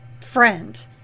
friend